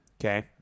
okay